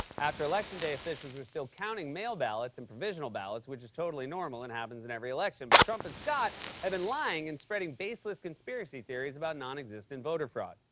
after election day, officials were still counting mail ballots and provisional ballots, which is totally normal and happens in every election. but trump and scott have been lying and spreading baseless conspiracy theories about nonexistent voter fraud.